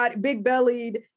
big-bellied